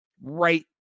right